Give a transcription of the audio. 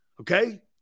Okay